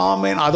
Amen